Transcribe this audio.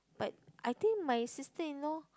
but I think my sister-in-law